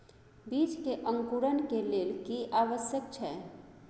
बीज के अंकुरण के लेल की आवश्यक छै?